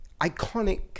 iconic